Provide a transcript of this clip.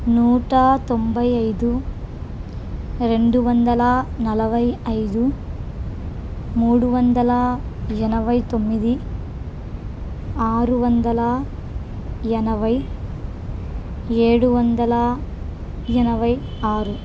నూట తొంభై ఐదు రెండు వందల నలభై ఐదు మూడు వందల ఎనభై తొమ్మిది ఆరు వందల ఎనభై ఏడు వందల ఎనభై ఆరు